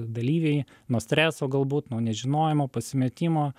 dalyviai nuo streso galbūt nuo nežinojimo pasimetimo